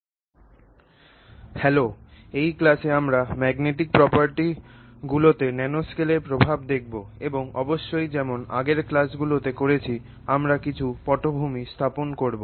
চৌম্বকীয় বৈশিষ্ট্যগুলিতে ন্যানোস্কেলের প্রভাব জৈব উপাদানে সম্ভাব্য ব্যবহার হ্যালো এই ক্লাসে আমরা ম্যাগনেটিক প্রোপার্টিগুলিতে ন্যানোস্কেলের প্রভাব দেখব এবং অবশ্যই যেমন আগের ক্লাসগুলিতে করেছি আমরা কিছু পটভূমি স্থাপন করব